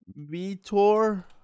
Vitor